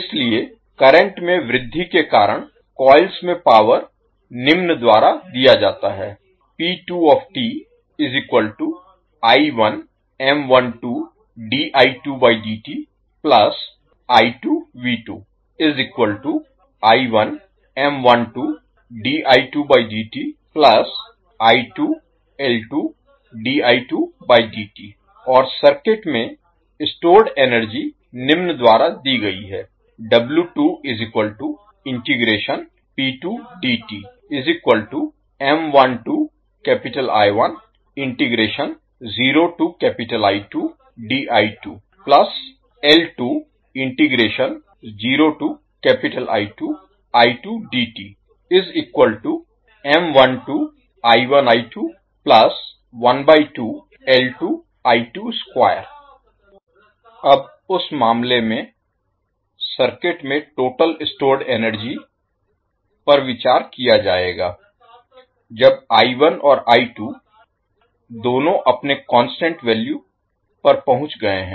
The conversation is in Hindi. इसलिए करंट में वृद्धि के कारण कॉइल्स में पावर निम्न द्वारा दिया जाता है और सर्किट में स्टोर्ड एनर्जी निम्न द्वारा दी गई है अब उस मामले में सर्किट में टोटल स्टोर्ड एनर्जी पर विचार किया जाएगा जब और दोनों अपने कांस्टेंट वैल्यू पर पहुंच गए हैं